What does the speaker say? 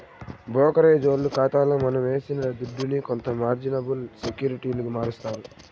బ్రోకరేజోల్లు కాతాల మనమేసిన దుడ్డుని కొంత మార్జినబుల్ సెక్యూరిటీలుగా మారస్తారు